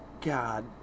god